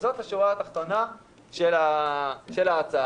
זאת השורה התחתונה של ההצעה.